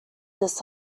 this